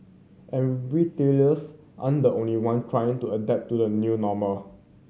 and retailers aren't the only one trying to adapt to the new normal